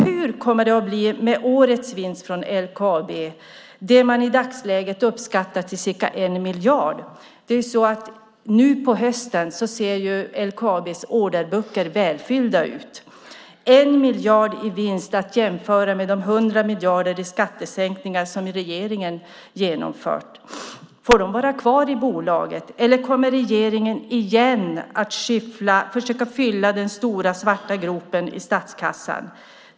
Hur kommer det att bli med årets vinst från LKAB, som man i dagsläget uppskattar till ca 1 miljard? Nu på hösten ser LKAB:s orderböcker välfyllda ut. Denna 1 miljard i vinst ska jämföras med de 100 miljarder i skattesänkningar som regeringen genomfört. Får den vara kvar i bolaget, eller kommer regeringen igen att försöka fylla den stora svarta gropen i statskassan?